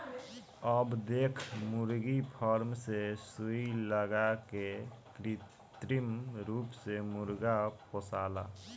अब देख मुर्गी फार्म मे सुई लगा के कृत्रिम रूप से मुर्गा पोसाला